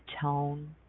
tone